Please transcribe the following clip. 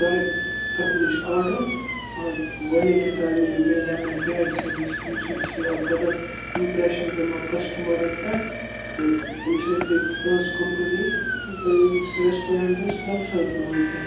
تۄہہِ تۄہہِ نِش آرڈَر مگر گۄڈٕنِکی ٹایم مِلیو مےٚ بیڈ سٔروِس اَمہِ سۭتۍ چھِ یہِ اَکھ غلط اِمپرٛٮ۪شَن پٮ۪وان کَسٹمَرَن پٮ۪ٹھ تہٕ اَمہِ سۭتۍ ہیٚکہِ تٕہٕنٛز کَمپٔنی رٮ۪سٹورَٮ۪نٛٹَس نۄقصان تہٕ وٲتِتھ